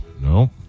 No